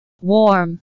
Warm